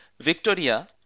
Victoria